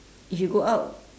if you go out